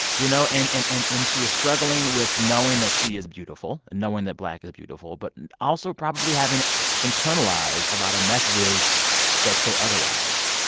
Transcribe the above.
you know? and and and and she is struggling with knowing that she is beautiful and knowing that black is beautiful but and also probably having internalized a lot of messages that say otherwise.